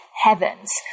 heavens